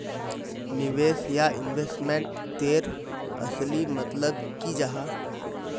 निवेश या इन्वेस्टमेंट तेर असली मतलब की जाहा?